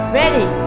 ready